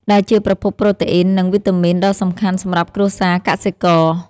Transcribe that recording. ដែលជាប្រភពប្រូតេអ៊ីន និងវីតាមីនដ៏សំខាន់សម្រាប់គ្រួសារកសិករ។